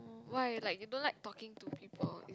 why like you don't like talking to people